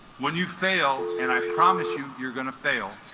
when you fail and i promise you you're gonna fail